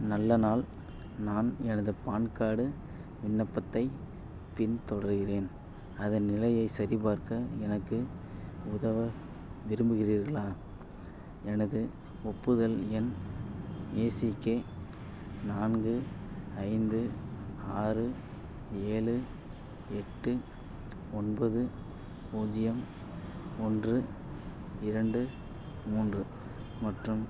நல்ல நாள் நான் எனது பான் கார்டு விண்ணப்பத்தைப் பின்தொடர்கிறேன் அதன் நிலையை சரிபார்க்க எனக்கு உதவ விரும்புகிறீர்களா எனது ஒப்புதல் எண் ஏ சி கே நான்கு ஐந்து ஆறு ஏழு எட்டு ஒன்பது பூஜ்ஜியம் ஒன்று இரண்டு மூன்று மற்றும்